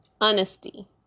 honesty